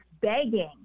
begging